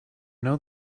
know